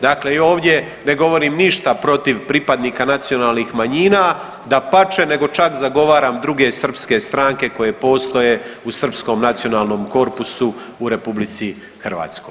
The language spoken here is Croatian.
Dakle, i ovdje ne govorim ništa protiv pripadnika nacionalnih manjina, dapače, nego čak zagovaram druge srpske stranke koje postoje u srpskom nacionalnom korpusu u RH.